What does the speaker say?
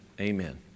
amen